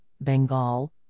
Bengal